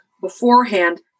beforehand